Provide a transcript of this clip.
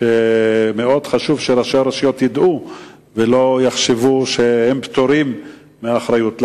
שמאוד חשוב שראשי הרשויות ידעו ולא יחשבו שהם פטורים מאחריות.